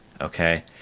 okay